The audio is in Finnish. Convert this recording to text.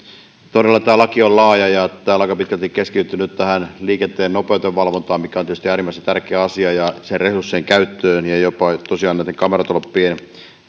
todella tämä laki on laaja ja täällä on aika pitkälti keskitytty nyt tähän liikenteen nopeudenvalvontaan mikä on tietysti äärimmäisen tärkeä asia ja sen resurssien käyttöön ja jopa tosiaan näiden kameratolppien